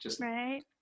Right